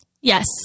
Yes